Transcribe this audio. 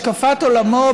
השקפת עולמו,